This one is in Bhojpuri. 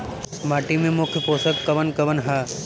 माटी में मुख्य पोषक कवन कवन ह?